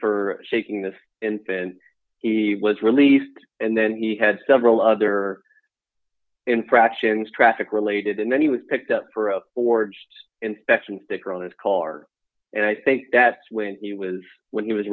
for taking this and then he was released and then he had several other infractions traffic related and then he was picked up for a forged inspection sticker on his car and i think that's when he was when he was